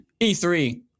E3